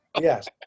Yes